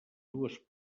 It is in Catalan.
dues